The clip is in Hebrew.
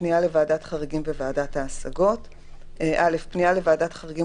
פנייה לוועדת חריגים וועדת השגות (א) פנייה לוועדת חריגים